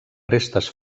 restes